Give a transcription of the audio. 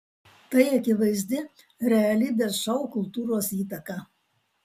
tai akivaizdi realybės šou kultūros įtaka